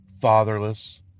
fatherless